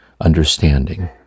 understanding